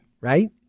right